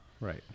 Right